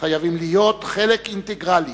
חייבים להיות חלק אינטגרלי